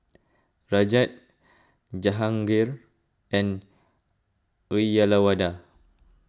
Rajat Jahangir and Uyyalawada